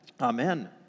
Amen